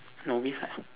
novice ah